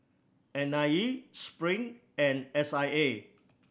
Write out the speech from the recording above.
N I E Spring and S I A